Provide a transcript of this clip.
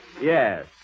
Yes